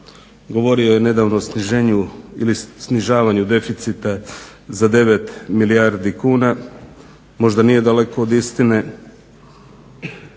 govorio je nedavno o snižavanju deficita za 9 milijardi kuna. Možda nije daleko od istine